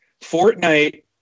Fortnite